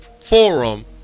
forum